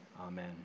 amen